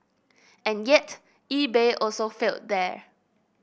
and yet eBay also failed there